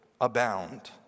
abound